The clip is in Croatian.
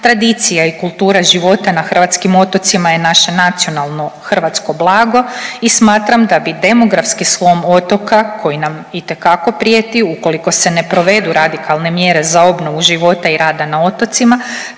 tradicija i kultura života na hrvatskim otocima je naše nacionalno hrvatsko blago i smatram da bi demografski slom otoka koji nam itekako prijeti ukoliko se ne provedu radikalne mjere za obnovu života i rada na otocima